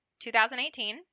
2018